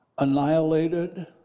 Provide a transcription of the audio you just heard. Annihilated